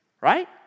right